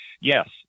yes